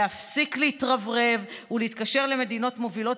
להפסיק להתרברב ולהתקשר למדינות מובילות